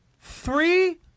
three